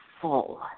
full